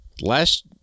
Last